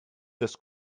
this